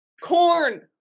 Corn